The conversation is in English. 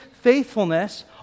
faithfulness—